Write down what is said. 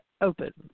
open